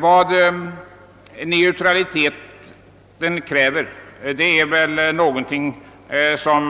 Vad neutraliteten kräver står